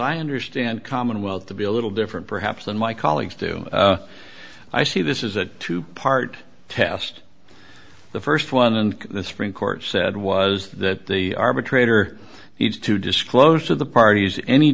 i understand commonwealth to be a little different perhaps than my colleagues do i see this is a two part test the st one and the supreme court said was that the arbitrator needs to disclose to the parties any